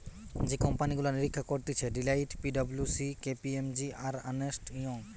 যে কোম্পানি গুলা নিরীক্ষা করতিছে Deloitte, P W C, K P M G, আর আর্নেস্ট ইয়ং